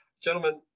Gentlemen